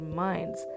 minds